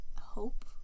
hope